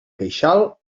queixal